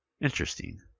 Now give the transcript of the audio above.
Interesting